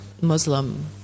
Muslim